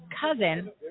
cousin